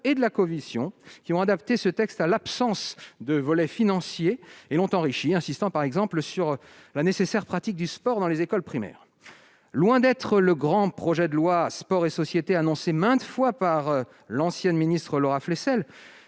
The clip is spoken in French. et de la commission, qui ont adapté ce texte à l'absence de volet financier et l'ont enrichi, insistant par exemple sur la nécessaire pratique du sport dans les écoles primaires. Loin d'être le grand projet de loi Sport et société annoncé maintes fois par l'ancienne ministre, Laura Flessel,